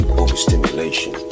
overstimulation